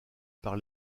par